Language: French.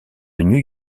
new